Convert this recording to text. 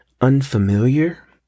unfamiliar